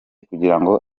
kugirango